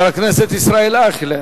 חבר הכנסת ישראל אייכלר,